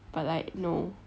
but like no